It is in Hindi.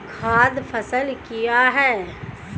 खाद्य फसल क्या है?